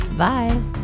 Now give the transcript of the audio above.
Bye